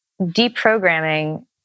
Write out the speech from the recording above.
deprogramming